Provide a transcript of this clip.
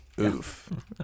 oof